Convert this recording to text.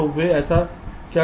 तो वे ऐसा क्या करते हैं